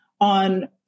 on